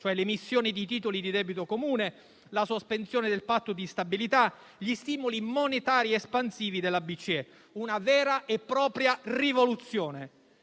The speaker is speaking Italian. l'emissione di titoli di debito comune, la sospensione del Patto di stabilità, gli stimoli monetari espansivi della BCE sono una vera e propria rivoluzione.